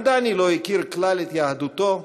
גם דני לא הכיר כלל את יהדותו,